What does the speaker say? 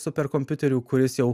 superkompiuterių kuris jau